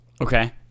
Okay